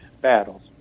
battles